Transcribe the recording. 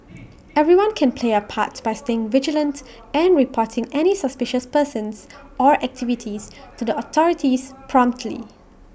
everyone can play A part by staying vigilant and reporting any suspicious persons or activities to the authorities promptly